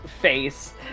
face